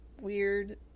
weird